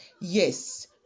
Yes